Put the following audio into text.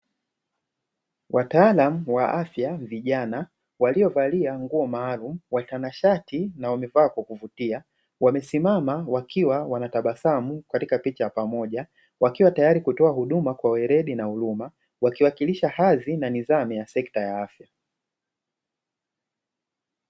Wataalamu wa afya vijana walio valia nguo maalumu, watanashati na wamevaa kwa kuvutia, wamesimama wakiwa wana tabasamu katika picha ya pamoja, wakiwa tayari kutoa huduma kwa weledi na huruma; wakiwakilisha hadhi na nidhamu ya sekta ya afya.